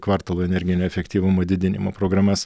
kvartalų energinio efektyvumo didinimo programas